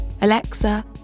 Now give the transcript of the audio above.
Alexa